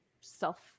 self